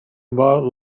about